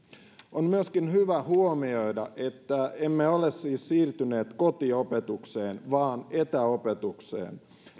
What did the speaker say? on myöskin hyvä huomioida että emme siis ole siirtyneet kotiopetukseen vaan etäopetukseen